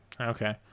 okay